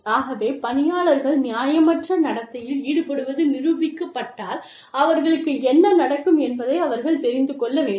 ஆகவே பணியாளர்கள் நியாயமற்ற நடத்தையில் ஈடுபடுவது நிரூபிக்கப்பட்டால் அவர்களுக்கு என்ன நடக்கும் என்பதை அவர்கள் தெரிந்து கொள்ள வேண்டும்